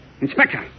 Inspector